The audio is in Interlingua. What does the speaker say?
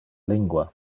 lingua